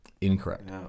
Incorrect